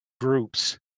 groups